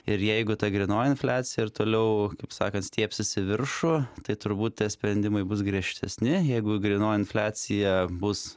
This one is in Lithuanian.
ir jeigu ta grynoji infliacija ir toliau kaip sakant stiebsis į viršų tai turbūt tie sprendimai bus griežtesni jeigu grynoji infliacija bus